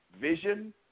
vision